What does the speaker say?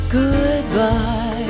goodbye